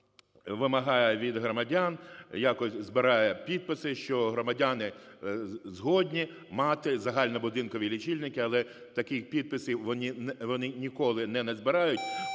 вимагає від громадян, якось збирає підписи, що громадяни згодні матизагальнобудинкові лічильники. Але таких підписів вони ніколи не назбирають,